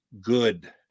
Good